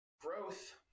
growth